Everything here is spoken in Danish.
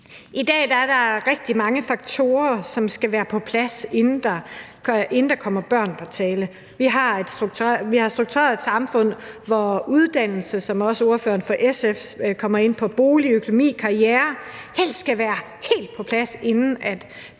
I dag er der rigtig mange faktorer, som skal være på plads, inden der kommer børn på tale. Vi har struktureret et samfund, hvor uddannelse, som også ordføreren for SF kommer ind på, bolig, økonomi og karriere helst skal være helt på plads, inden